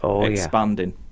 expanding